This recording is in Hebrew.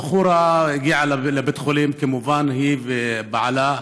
הבחורה הגיעה לבית חולים, כמובן, היא ובעלה,